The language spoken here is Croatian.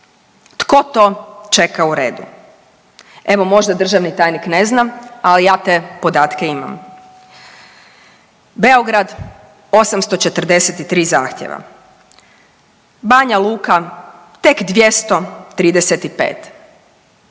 tko to čeka u redu. Evo možda državni tajnik ne zna, ali ja te podatke imam. Beograd 843 zahtjeva, Banja Luka tek 235,